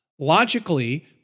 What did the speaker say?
Logically